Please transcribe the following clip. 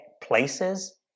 places